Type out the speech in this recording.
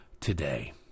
today